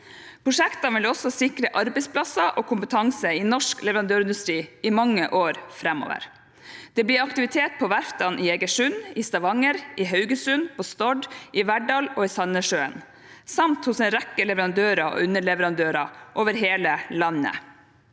Prosjektene vil også sikre arbeidsplasser og kompetanse i norsk leverandørindustri i mange år framover. Det blir aktivitet på verftene i Egersund, Stavanger, Haugesund, på Stord, i Verdal og Sandnessjøen samt hos en rekke leverandører og underleverandører over hele landet.